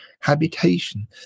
habitation